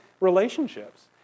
relationships